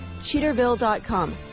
Cheaterville.com